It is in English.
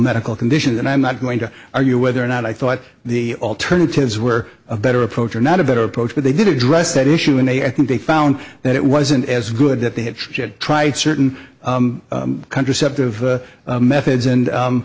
medical conditions and i'm not going to argue whether or not i thought the alternatives were a better approach or not a better approach but they did address that issue in a i think they found that it wasn't as good that they had try certain countries cept of methods and